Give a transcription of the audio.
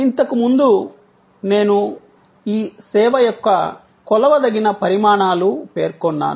ఇంతకుముందు నేను ఈ సేవ యొక్క కొలవదగిన పరిమాణాలు పేర్కొన్నాను